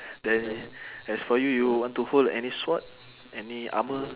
then as for you you want to hold any sword any armour